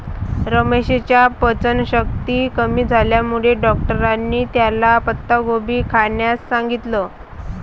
रमेशच्या पचनशक्ती कमी झाल्यामुळे डॉक्टरांनी त्याला पत्ताकोबी खाण्यास सांगितलं